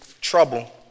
trouble